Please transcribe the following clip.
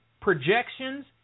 projections